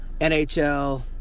NHL